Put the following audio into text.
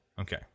okay